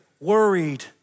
worried